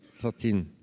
13